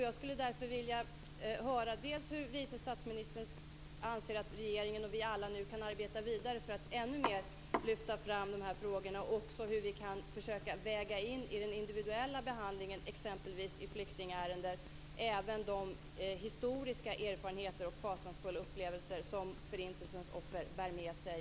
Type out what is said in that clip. Vad anser vice statsministern att regeringen och alla vi andra kan arbeta vidare med för att ännu mer lyfta fram frågorna, och hur kan vi väga in i den individuella behandlingen i t.ex. flyktingärenden av i dag även de historiska erfarenheter av fasansfulla upplevelser som Förintelsens offer bär med sig?